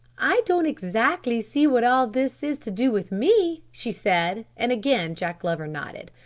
i don't exactly see what all this is to do with me, she said, and again jack glover nodded.